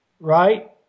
right